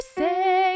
say